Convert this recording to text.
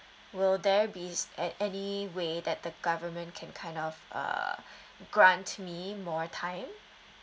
will there be s~ at any way that the government can kind of uh grants me more time